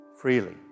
freely